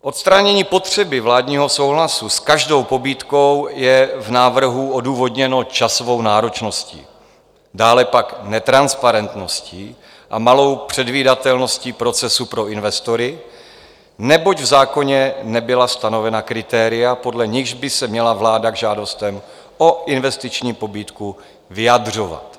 Odstranění potřeby vládního souhlasu s každou pobídkou je v návrhu odůvodněno časovou náročností, dále pak netransparentností a malou předvídatelností procesu pro investory, neboť v zákoně nebyla stanovena kritéria, podle nichž by se měla vláda k žádostem o investiční pobídku vyjadřovat.